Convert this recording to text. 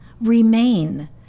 remain